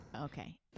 Okay